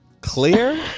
clear